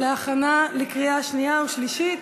להכנה לקריאה שנייה ושלישית.